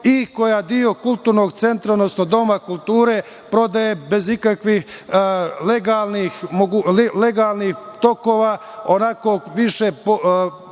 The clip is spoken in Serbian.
i koja deo kulturnog centra, odnosno Doma kulture prodaje bez ikakvih legalnih tokova, onako više mimo